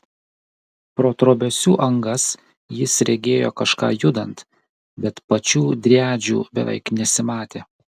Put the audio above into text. pro trobesių angas jis regėjo kažką judant bet pačių driadžių beveik nesimatė